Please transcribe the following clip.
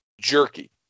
jerky